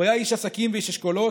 הוא היה איש עסקים ואיש אשכולות,